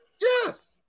Yes